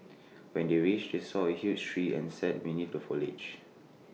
when they reached they saw A huge tree and sat beneath the foliage